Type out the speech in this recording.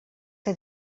que